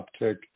uptick